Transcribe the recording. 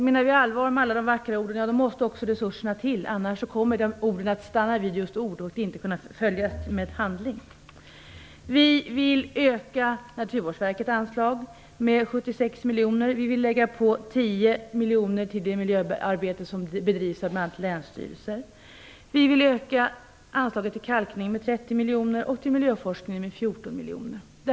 Menar vi allvar med alla vackra ord, måste det till resurser för annars blir orden bara just ord som inte följs upp i handling. Vi vill öka anslaget till Naturvårdsverket med 76 miljoner kronor. Vi vill lägga på 10 miljoner kronor när det gäller det miljöarbete som bedrivs av bl.a. länsstyrelser. Vi vill öka anslaget till kalkning med 30 miljoner kronor och till miljöforskning med 14 miljoner kronor.